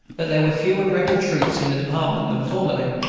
that there were fewer rebel troops in the department than formerly,